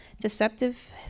deceptive